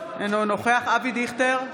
אינו נוכח אבי דיכטר, אינו